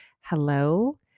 hello